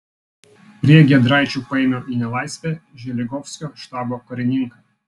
prie giedraičių paėmiau į nelaisvę želigovskio štabo karininką